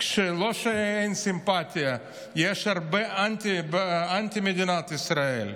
ולא שאין סימפתיה, יש הרבה אנטי למדינת ישראל.